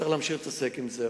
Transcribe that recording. צריך להמשיך ולהתעסק עם זה.